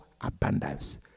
abundance